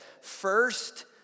first